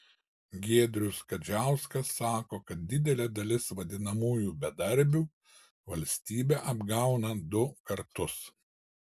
giedrius kadziauskas sako kad didelė dalis vadinamųjų bedarbių valstybę apgauna du kartus